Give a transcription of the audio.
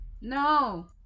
No